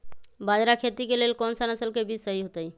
बाजरा खेती के लेल कोन सा नसल के बीज सही होतइ?